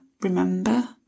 remember